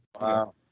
Wow